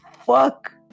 fuck